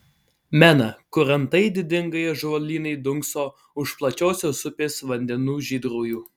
mena kur antai didingai ąžuolynai dunkso už plačiosios upės vandenų žydrųjų